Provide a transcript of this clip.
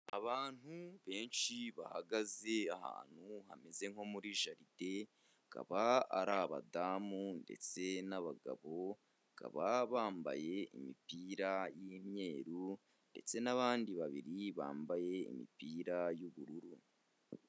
Abantu benshi bahagaze ahantu hameze nko muri jaride, bakaba ari abadamu ndetse n'abagabo, bakaba bambaye imipira y'imyeru, ndetse n'abandi babiri bambaye imipira y'ubururu.